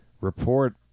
report